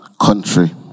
country